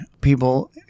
people